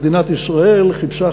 מדינת ישראל חיפשה,